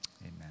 Amen